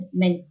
men